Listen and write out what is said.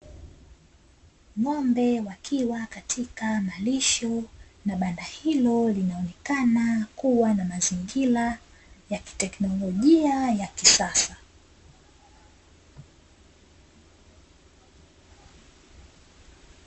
Ng'ombe wakiwa katika malisho na banda hilo linaonekana kuwa na mazingira ya kiteknolojia ya kisasa.